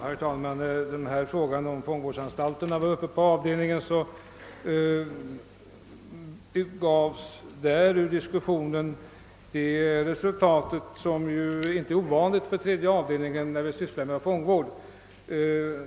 Herr talman! Diskussionerna om fångvårdsanstalterna har lett till ett resultat som inte är ovanligt i tredje avdelningen när vi sysslar med fångvård.